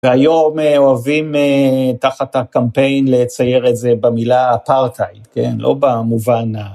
והיום אוהבים, תחת הקמפיין, לצייר את זה במילה אפרטהייד, כן? לא במובן ה...